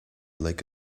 like